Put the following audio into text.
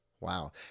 Wow